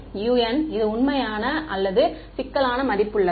un 's இது உண்மையான அல்லது சிக்கலான மதிப்புள்ளதா